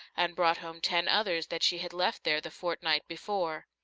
and brought home ten others that she had left there the fortnight before.